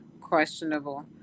questionable